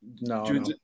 No